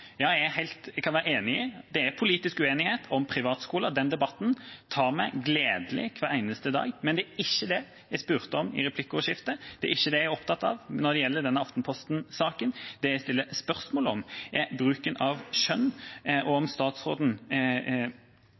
Jeg kan være enig i at det er politisk uenighet om privatskoler. Den debatten tar vi gledelig hver eneste dag. Men det var ikke det jeg spurte om i replikkordskiftet, og det er ikke det jeg er opptatt av når det gjelder denne Aftenposten-saken. Det jeg stiller spørsmål om, er bruken av skjønn, og om statsråden